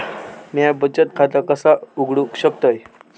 म्या बचत खाता कसा उघडू शकतय?